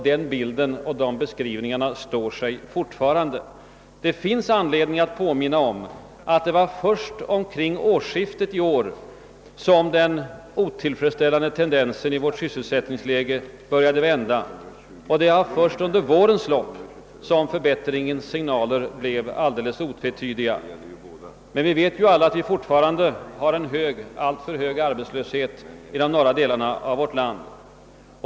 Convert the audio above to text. Den bilden och de beskrivningarna står sig fortfarande. Det finns anledning att påminna om att det var först omkring det senaste årsskiftet som den otillfredsställande tendensen i vårt sysselsättningsläge började vända. Och det var först under vårens lopp som förbättringens signaler blev alldeles otvetydiga. Men vi vet alla att vi fortfarande har en alltför hög arbetslöshet i de norra delarna av vårt land.